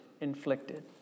inflicted